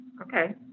Okay